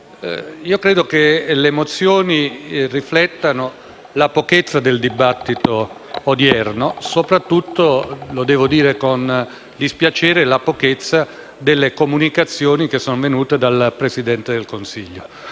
credo che le risoluzioni riflettano la pochezza del dibattito odierno e soprattutto - lo devo dire con dispiacere - la pochezza delle comunicazioni venute dal Presidente del Consiglio.